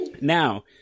Now –